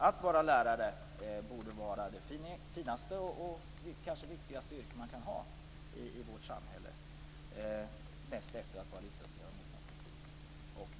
Att vara lärare borde vara det finaste och kanske viktigaste yrke man kan ha i vårt samhälle, näst efter att vara riksdagsledamot naturligtvis.